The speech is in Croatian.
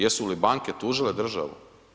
Jesu li banke tuže državu?